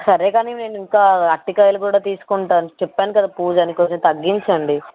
సరే కానీ నేను ఇంకా అరటి కాయలు కూడా తీసుకుంటాను చెప్పాను కదా పూజ అని కొంచెం తగ్గించండి